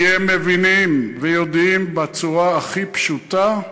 כי הם מבינים ויודעים, בצורה הכי פשוטה,